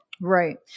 Right